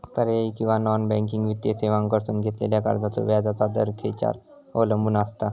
पर्यायी किंवा non banking वित्तीय सेवांकडसून घेतलेल्या कर्जाचो व्याजाचा दर खेच्यार अवलंबून आसता?